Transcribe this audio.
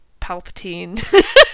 Palpatine